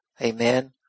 Amen